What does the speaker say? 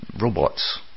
robots